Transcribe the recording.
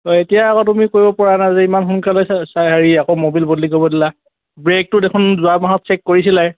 এতিয়া আকৌ তুমি কৰিব পৰা নাই যে ইমান সোনকালে চা চা হেৰি আকৌ ম'বিল বদলি কৰিব দিলা ব্ৰেকটো দেখোন যোৱা মাহত চেক কৰিছিলাই